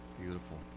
Beautiful